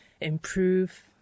improve